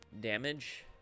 damage